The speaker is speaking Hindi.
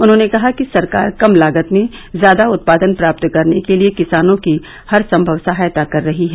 उन्होंने कहा कि सरकार कम लागत में ज्यादा उत्पादन प्राप्त करने के लिए किसानों की हरसंभव सहायता कर रही है